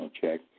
check